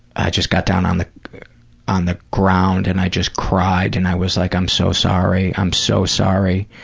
i just got down on the on the ground and i just cried and i was like, i'm so sorry, i'm so sorry,